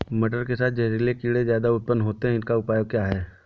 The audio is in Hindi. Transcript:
मटर के साथ जहरीले कीड़े ज्यादा उत्पन्न होते हैं इनका उपाय क्या है?